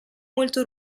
molto